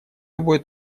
любой